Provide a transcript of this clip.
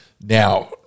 Now